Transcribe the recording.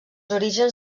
orígens